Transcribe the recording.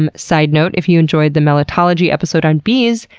um side note, if you enjoyed the melittology episode on bees,